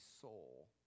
soul